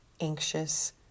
anxious